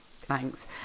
Thanks